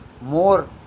more